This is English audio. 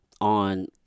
on